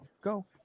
go